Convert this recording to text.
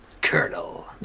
Colonel